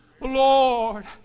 Lord